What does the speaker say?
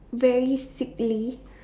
very sickly